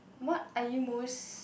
what are you most